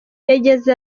yagize